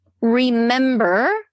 remember